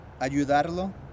ayudarlo